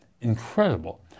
incredible